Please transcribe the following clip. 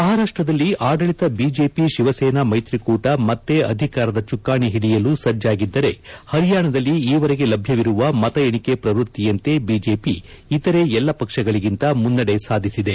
ಮಹಾರಾಷ್ಟ್ದಲ್ಲಿ ಆದಳಿತ ಬಿಜೆಪಿ ಶಿವಸೇನಾ ಮೈತ್ರಿಕೂಟ ಮತ್ತೆ ಅಧಿಕಾರದ ಚುಕ್ಕಾಣಿ ಹಿಡಿಯಲು ಸಜ್ಜಾಗಿದ್ದರೆ ಹರಿಯಾಣದಲ್ಲಿ ಈವರೆಗೆ ಲಭ್ಯವಿರುವ ಮತ ಎಣಿಕೆ ಪ್ರವೃತ್ತಿಯಂತೆ ಬಿಜೆಪಿ ಇತರೆ ಎಲ್ಲ ಪಕ್ಷಗಳಿಗಿಂತ ಮುನ್ನಡೆ ಸಾಧಿಸಿದೆ